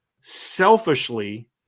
selfishly